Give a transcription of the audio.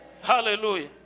Hallelujah